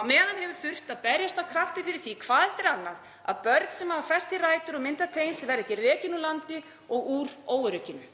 Á meðan hefur þurft að berjast af krafti fyrir því hvað eftir annað að börn sem hafa fest rætur og myndað tengsl verði ekki rekin úr landi og úr örygginu.